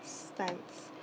~pastimes